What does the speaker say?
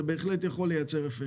זה יוכל לייצר אפקט.